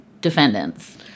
defendants